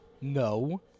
No